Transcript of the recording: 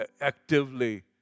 actively